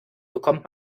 bekommt